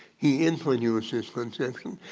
he introduced this but intention.